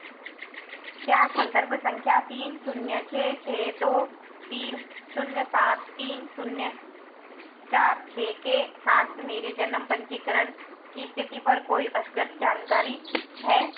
क्या संदर्भ संख्या तीन शून्य छः छः दो तीन शून्य सात तीन शून्य चार छः के साथ मेरे जन्म पंजीकरण की स्थिति पर कोई अद्यतन जानकारी है